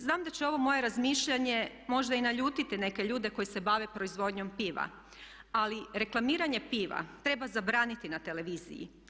Znam da će ovo moje razmišljanje možda i naljutiti neke ljude koji se bave proizvodnjom piva ali reklamiranje piva treba zabraniti na televiziji.